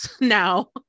now